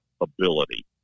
ability